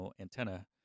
antenna